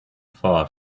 far